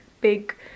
big